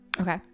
Okay